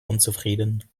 unzufrieden